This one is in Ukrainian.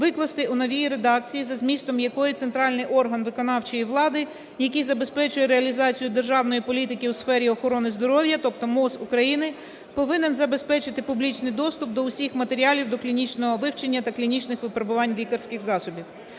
викласти у новій редакції, за змістом якої центральний орган виконавчої влади, який забезпечує реалізацію державної політики у сфері охорони здоров'я, тобто МОЗ України, повинен забезпечити публічний доступ до всіх матеріалів доклінічного вивчення та клінічних випробувань лікарських засобів.